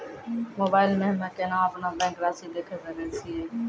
Mobile मे हम्मय केना अपनो बैंक रासि देखय सकय छियै?